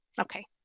Okay